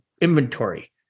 inventory